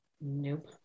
Nope